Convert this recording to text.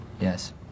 Yes